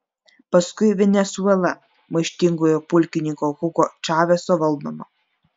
paskui venesuela maištingojo pulkininko hugo čaveso valdoma